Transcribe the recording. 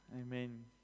Amen